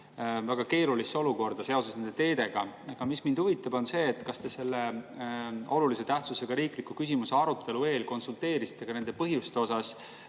väga keerulisse olukorda seoses nende teedega. Aga mis mind huvitab, on see, et kas te selle olulise tähtsusega riikliku küsimuse arutelu eel konsulteerisite ka nende põhjuste asjus